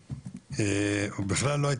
והצ'רקסיים בתאריך ה-14 למרץ 2022. י"א באדר ב' התשפ"ב,